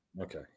Okay